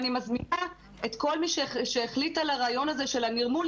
אני מזמינה את כל מי שהחליט על הרעיון הזה של הנרמול,